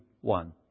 one